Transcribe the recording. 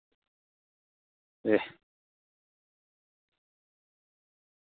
अं